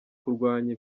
kurwanya